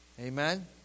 Amen